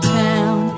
town